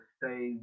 stay